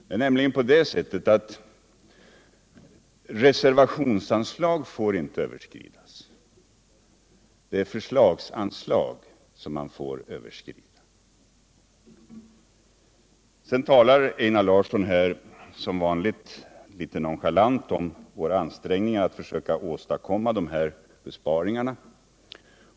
Det är nämligen på det sättet att reservationsanslag inte får överskridas — det är förslagsanslag man får överskrida. Sedan talar Einar Larsson, som vanligt litet nonchalant, om våra ansträngningar att försöka åstadkomma de här besparingarna.